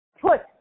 put